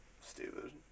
stupid